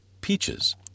peaches